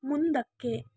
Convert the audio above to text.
ಮುಂದಕ್ಕೆ